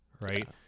right